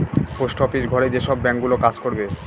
post office ঘরে যেসব bank গুলো কাজ করবে